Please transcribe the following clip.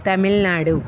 Tamil Nadu